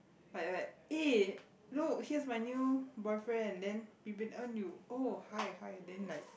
like like eh look here's my new boyfriend then you you oh hi hi then like